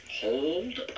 hold